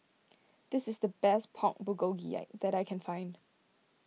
this is the best Pork Bulgogi that I can find